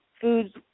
foods